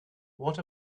what